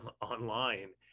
online